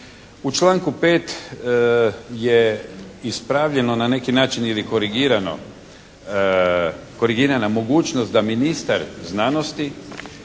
U članku 5. je ispravljeno na neki način ili korigirana mogućnost da ministar znanosti